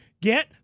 get